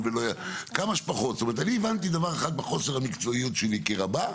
אני הבנתי דבר אחד מחוסר המקצועיות שלי כרבא: